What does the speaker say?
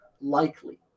likely